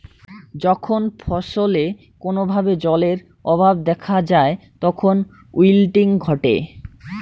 যখন ফছলে কোনো ভাবে জলের অভাব দেখা যায় তখন উইল্টিং ঘটে